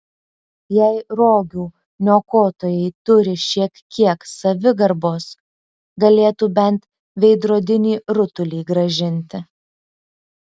jei rogių niokotojai turi šiek kiek savigarbos galėtų bent veidrodinį rutulį grąžinti